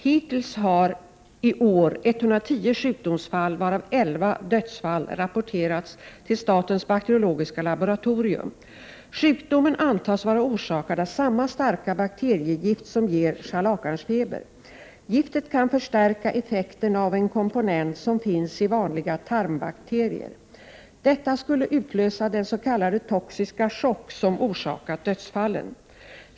Hittills har i år 110 sjukdomsfall, varav 11 dödsfall, rapporterats till statens bakteriologiska laboratorium. Sjukdomen antas vara orsakad av samma starka bakteriegift som ger scharlakansfeber. Giftet kan förstärka effekten av en komponent som finns i vanliga tarmbakterier. Detta skulle utlösa den s.k. toxiska chock som orsakat dödsfallen.